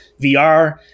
VR